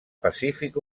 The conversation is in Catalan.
pacífic